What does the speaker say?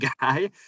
guy